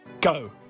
Go